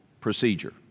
procedure